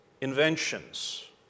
inventions